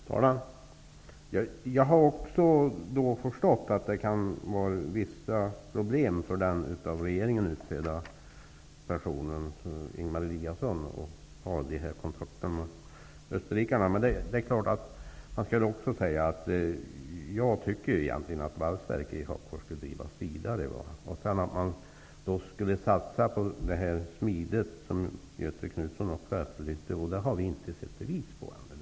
Herr talman! Jag har också förstått att det kan vara vissa problem för den person som regeringen har utsett, nämligen Ingemar Eliasson, att ha dessa kontakter med österrikarna. Jag tycker egentligen att valsverket i Hagfors skall drivas vidare. Man skulle satsa på smidet, som Göthe Knutson också tog upp. Det har vi inte sett bevis på ännu.